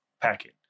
packet